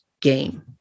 game